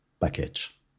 package